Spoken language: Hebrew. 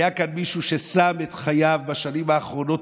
היה כאן מישהו ששם את חייו בשנים האחרונות